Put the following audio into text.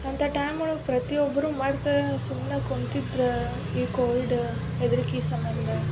ಅಂಥ ಟೈಮೊಳಗೆ ಪ್ರತಿ ಒಬ್ಬರೂ ಮಾಡ್ತಾ ಸುಮ್ಮನೆ ಕುಂತಿದ್ರೆ ಈ ಕೋವಿಡ್ ಹೆದ್ರಿಕೆ ಸಂಬಂಧ